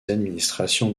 administrations